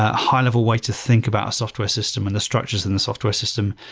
ah high-level way to think about a software system and the structures in the software system,